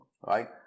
right